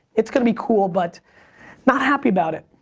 it's gonna be cool, but not happy about it.